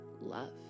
love